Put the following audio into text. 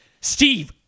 Steve